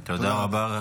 תודה רבה.